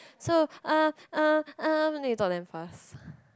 so uh uh uh then you talk damn fast